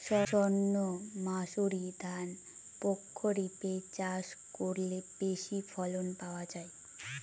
সর্ণমাসুরি ধান প্রক্ষরিপে চাষ করলে বেশি ফলন পাওয়া যায়?